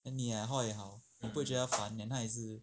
then 你也会好他不会觉得他烦 eh 他也是